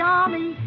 army